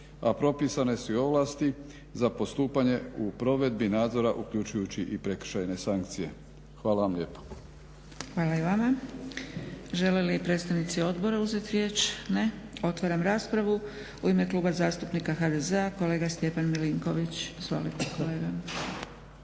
a propisane su i ovlasti za postupanje u provedbi nadzora uključujući i prekršajne sankcije. Hvala vam lijepa. **Zgrebec, Dragica (SDP)** Hvala i vama. Žele li predstavnici obora uzeti riječ? Ne. Otvaram raspravu. U ime Kluba zastupnika HDZ-a kolega Stjepan Milinković. Izvolite kolega.